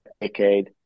decade